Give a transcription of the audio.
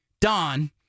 Don